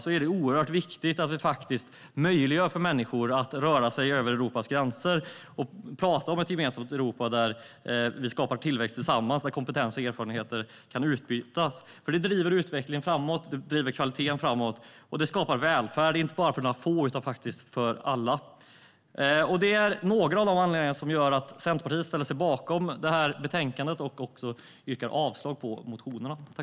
Då är det viktigt att vi möjliggör för människor att röra sig över Europas gränser och pratar om ett gemensamt Europa, där vi skapar tillväxt tillsammans och där kompetens och erfarenheter kan utbytas. Det driver utvecklingen och kvaliteten framåt. Det skapar välfärd, inte bara för några få utan för alla. Detta är några av anledningarna till att Centerpartiet ställer sig bakom betänkandet och yrkar avslag på motionerna.